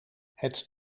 het